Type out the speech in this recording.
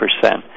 percent